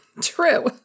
True